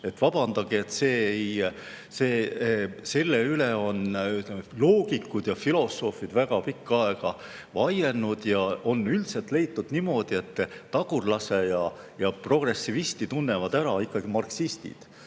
vabandust, aga selle üle on loogikud ja filosoofid väga pikka aega vaielnud. Üldiselt on leitud niimoodi, et tagurlase ja progressivisti tunnevad ära ikkagi marksistid.